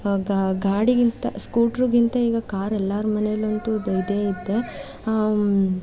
ಗ ಗ ಗಾಡಿಗಿಂತ ಸ್ಕೂಟ್ರುಗಿಂತ ಈಗ ಕಾರ್ ಎಲ್ಲರ ಮನೆಯಲ್ಲಂತೂ ದ್ ಇದೇ ಐತೆ